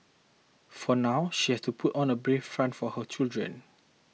for now she has to put on a brave front for her children